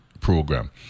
program